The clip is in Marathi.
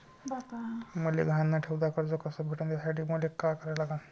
मले गहान न ठेवता कर्ज कस भेटन त्यासाठी मले का करा लागन?